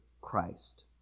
Christ